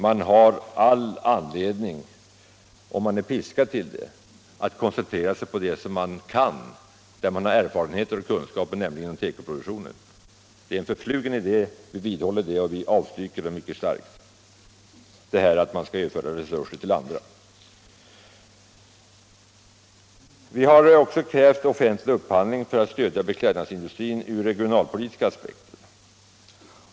Man har all anledning —- och man är piskad till det — att koncentrera sig på det man kan och som man har erfarenheter och kunskaper av, nämligen tekoproduktion. Det är en förflugen idé — och vi avstyrker den mycket bestämt — att man skall överföra resurser till andra produktionsgrenar. Vi har också krävt offentlig upphandling för att stärka beklädnadsindustrin ur regionalpolitiska aspekter.